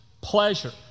pleasure